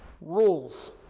rules